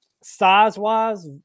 size-wise